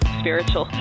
spiritual